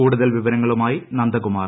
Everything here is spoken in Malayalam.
കൂടുതൽ വിവരങ്ങളുമായി നന്ദകുമാർ